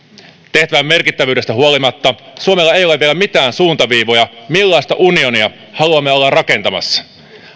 tehtävän merkittävyydestä huolimatta suomella ei ole vielä mitään suuntaviivoja millaista unionia haluamme olla rakentamassa